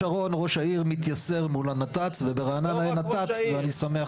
בהוד השרון ראש העיר מתייסר מול הנת"צ וברעננה אין נת"צ ואני שמח על זה.